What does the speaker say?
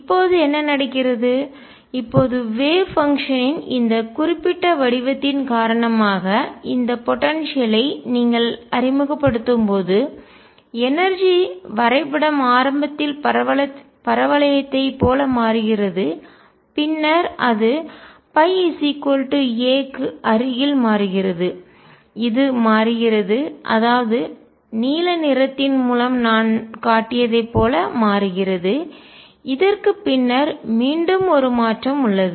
இப்போது என்ன நடக்கிறது இப்போது வேவ் பங்ஷன்னின் அலை செயல்பாட்டின் இந்த குறிப்பிட்ட வடிவத்தின் காரணமாக இந்த போடன்சியல் ஐ ஆற்றல் நீங்கள் அறிமுகப்படுத்தும்போது எனர்ஜிஆற்றல் வரைபடம் ஆரம்பத்தில் பரவளையத்தைப் போல மாறுகிறது பின்னர் அது πa க்கு அருகில் மாறுகிறது இது மாறுகிறது அதாவது நீல நிறத்தின் மூலம் நான் காட்டியதைப் போல மாறுகிறது இதற்கு பின்னர் மீண்டும் ஒரு மாற்றம் உள்ளது